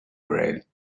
bread